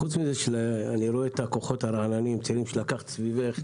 אני רואה את הכוחות הצעירים והרעננים שלקחת סביבך.